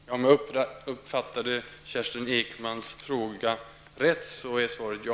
Herr talman! Om jag uppfattade Kerstin Ekmans fråga rätt är svaret ja.